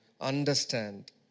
understand